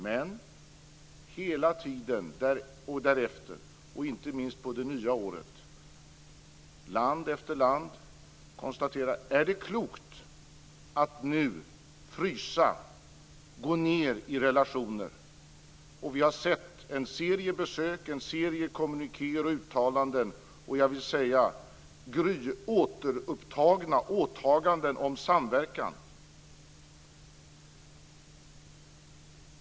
Men hela tiden och under tiden därefter, inte minst på det nya året, frågade man sig i land efter land: Är det klokt att nu frysa och gå ned i relationer? Vi har sett en serie besök, kommunikéer och uttalanden och, vill jag säga, återupptagna åtaganden om samverkan.